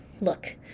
Look